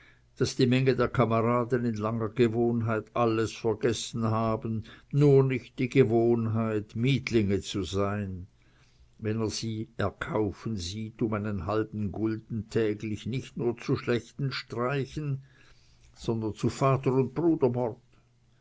daß die menge der kameraden in langer gewohnheit alles vergessen haben nur nicht die gewohnheit mietlinge zu sein wenn er sie erkaufen sieht um einen halben gulden täglich nicht nur zu schlechten streichen sondern zu vater und brudermord